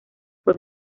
fue